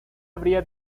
habría